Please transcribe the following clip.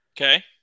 Okay